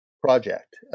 project